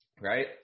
right